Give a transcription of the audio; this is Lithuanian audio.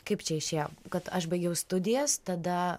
kaip čia išėjo kad aš baigiau studijas tada